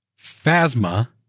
Phasma